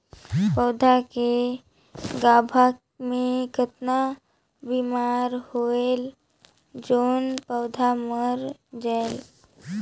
पौधा के गाभा मै कतना बिमारी होयल जोन पौधा मर जायेल?